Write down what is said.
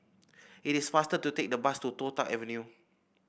it is faster to take the bus to Toh Tuck Avenue